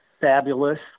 fabulous